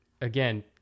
Again